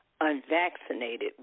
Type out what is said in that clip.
unvaccinated